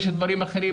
יש דברים אחרים,